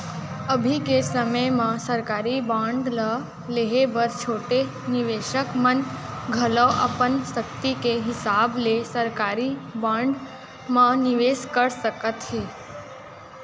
अभी के समे म सरकारी बांड ल लेहे बर छोटे निवेसक मन घलौ अपन सक्ति के हिसाब ले सरकारी बांड म निवेस कर सकत हें